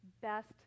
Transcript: best